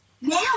Now